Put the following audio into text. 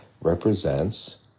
represents